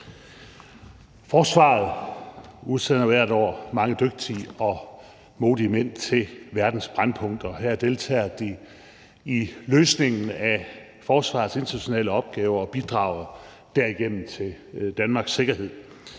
Forsvaret udsender hvert år mange dygtige og modige mænd til verdens brændpunkter. Her deltager de i løsningen af forsvarets internationale opgaver og bidrager derigennem til Danmarks sikkerhed.